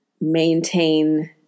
maintain